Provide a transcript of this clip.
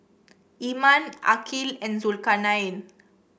Iman Aqil and Zulkarnain